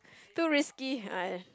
too risky uh